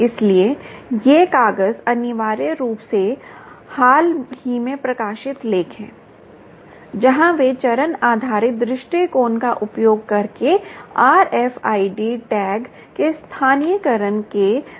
इसलिए ये कागज अनिवार्य रूप से हाल ही में प्रकाशित लेख हैं जहां वे चरण आधारित दृष्टिकोण का उपयोग करके RFID टैग के स्थानीयकरण के बारे में चर्चा करते हैं